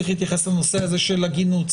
צריך להתייחס לנושא הזה של הגינות,